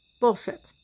Bullshit